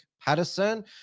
Patterson